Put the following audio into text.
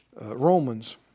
Romans